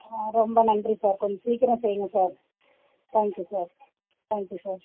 ஆ ரொம்ப நன்றி சார் கொஞ்சம் சீக்கிரம் செய்ங்க sir thank you sir thank you sir